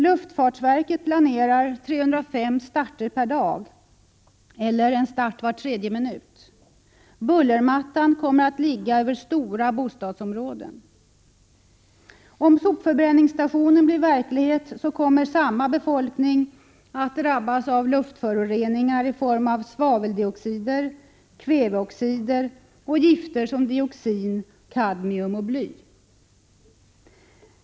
Luftfartsverket planerar 305 starter per dag eller en start var tredje minut. Bullermattan kommer att ligga över stora bostadsområden. Om sopförbränningsstationen blir verklighet kommer samma befolkning att drabbas av luftföroreningar i form av svaveldioxider, kväveoxider och gifter som dioxin, kadmium och bly.